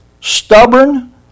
stubborn